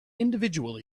individually